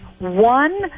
one